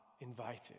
invited